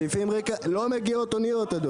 לא מגיעות אוניות.